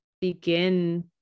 begin